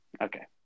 Okay